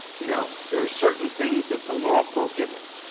you know, there are certain things that the law prohibits.